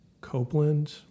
Copeland